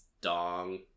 dong